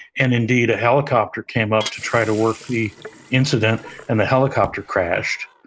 and indeed, a helicopter came up to try to work the incident and the helicopter crashed.